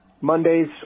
Mondays